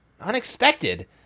unexpected